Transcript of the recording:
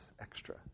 extra